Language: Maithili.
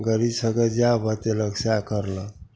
गरीब सभकेँ जएह बतेलक सएह करलक